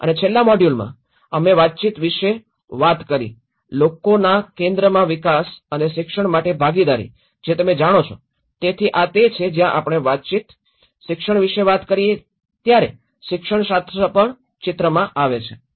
અને છેલ્લા મોડ્યુલમાં અમે વાતચીત વિશે વાત કરી લોકોના કેન્દ્રમાં વિકાસ અને શિક્ષણ માટે ભાગીદારી જે તમે જાણો છો તેથી આ તે છે જ્યાં આપણે વાતચીત શિક્ષણ વિશે વાત કરીએ ત્યારે શિક્ષણ શાસ્ત્ર પણ ચિત્રમાં આવે છે